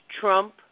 Trump